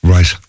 Right